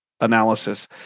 analysis